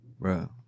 Bro